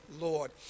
Lord